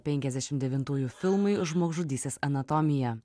penkiasdešim devintųjų filmui žmogžudystės anatomija